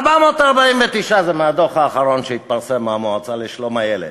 449, זה מהדוח האחרון שהתפרסם במועצה לשלום הילד.